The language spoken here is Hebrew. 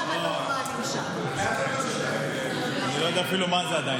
אני עדיין לא יודע אפילו מה זה.